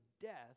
death